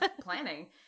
planning